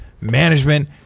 management